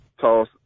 toss